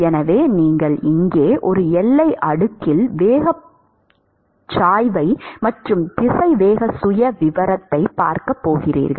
எனவே நீங்கள் இங்கே ஒரு எல்லை அடுக்கில் வேக சாய்வை மற்றும் திசைவேக சுயவிவரத்தை பார்க்க போகிறீர்கள்